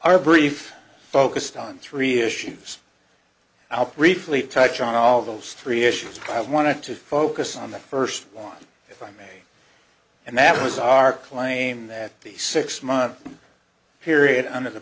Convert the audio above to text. our brief focused on three issues i'll briefly touch on all those three issues i want to focus on the first one if i may and that was our claim that the six month period under the